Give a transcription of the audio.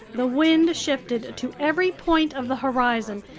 the wind shifted to every point of the horizon,